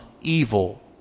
evil